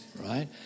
Right